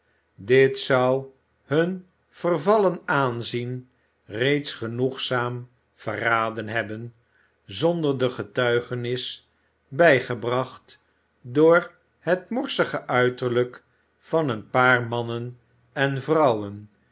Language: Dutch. dit zou hun vervallen aanzien reeds genoegzaam verraden hebben zonder de getuigenis bijgebracht door het morsige uiterlijk van een paar mannen en vrouwen